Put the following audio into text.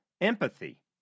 empathy